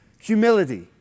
Humility